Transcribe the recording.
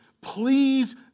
please